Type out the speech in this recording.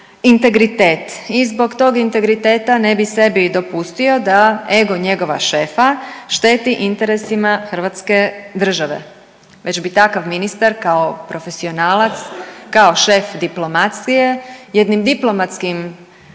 integritet. I zbog tog integriteta ne bi sebi dopustio da ego njegova šefa šteti interesima hrvatske države, već bi takav ministar kao profesionalac, kao šef diplomacije jednim diplomatskim